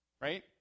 Right